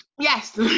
yes